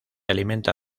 alimenta